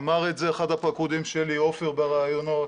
אמר את זה אחד הפקודים שלי, עופר, בראיונות,